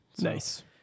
Nice